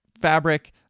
fabric